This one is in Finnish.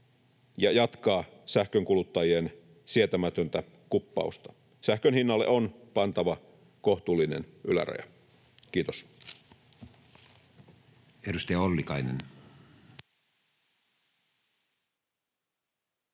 ja jatkaa sähkönkuluttajien sietämätöntä kuppausta. Sähkön hinnalle on pantava kohtuullinen yläraja. — Kiitos.